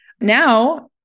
Now